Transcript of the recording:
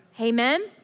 amen